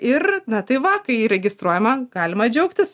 ir na tai va kai įregistruojama galima džiaugtis